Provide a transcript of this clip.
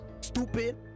Stupid